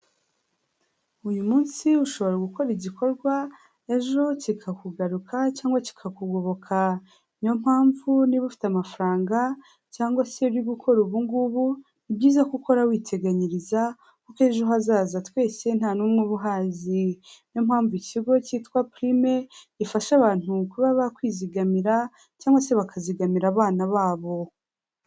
Uyu munsi ushobora gukora igikorwa, ejo kikakugaruka cyangwa kikakugoboka, niyo mpamvu niba ufite amafaranga, cyangwa se uri gukora ubungubu, ni byiza ko ukora witeganyiriza kuko ejo hazaza twese n'umwe uba uhazi, niyo mpamvu ikigo cyitwa pirime, gifasha abantu kuba bakwizigamira, cyangwa se bakazigamira abana babo.